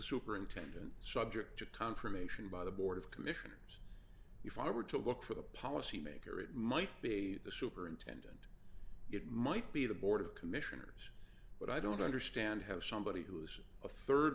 superintendent subject to confirmation by the board of commissioners if i were to look for the policy maker it might be the superintendent it might be the board of commissioners but i don't understand how somebody who's a